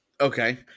okay